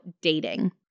dating